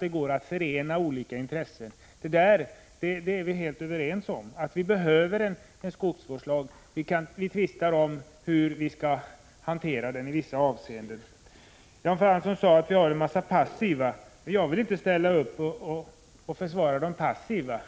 det går att förena olika intressen är vi också helt överens om, liksom om att vi behöver en skogsvårdslag. Vi tvistar om hur vi skall hantera den i vissa avseenden. Jan Fransson sade att vi har en massa passiva. Jag vill inte försvara de passiva.